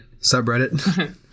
subreddit